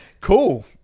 Cool